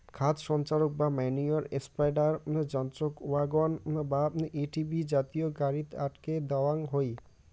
খাদ সঞ্চারক বা ম্যনিওর স্প্রেডার যন্ত্রক ওয়াগন বা এ.টি.ভি জাতীয় গাড়িত আটকে দ্যাওয়াং হই